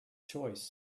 choice